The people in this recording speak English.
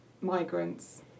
migrants